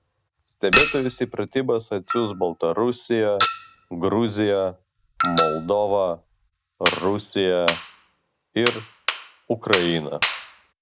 stebėtojus į pratybas atsiųs baltarusija gruzija moldova rusija ir ukraina